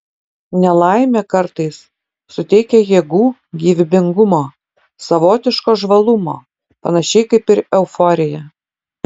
nelaimė kartais suteikia jėgų gyvybingumo savotiško žvalumo panašiai kaip ir euforija